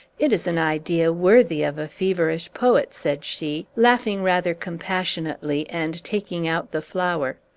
it is an idea worthy of a feverish poet, said she, laughing rather compassionately, and taking out the flower.